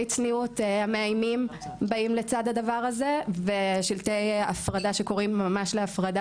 הצניעות המאיימים באים לצד הדבר הזה ושלטי הפרדה שקוראים ממש להפרדה